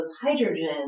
hydrogen